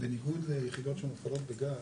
בניגוד ליחידות שמופעלות בגז,